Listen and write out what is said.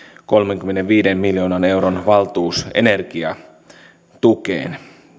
kolmenkymmenenviiden miljoonan euron valtuus energiatukeen